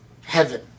heaven